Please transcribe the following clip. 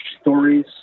stories